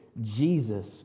Jesus